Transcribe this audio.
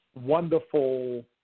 wonderful